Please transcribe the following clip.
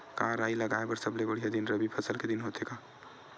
का राई लगाय बर सबले बढ़िया दिन रबी फसल के दिन होथे का?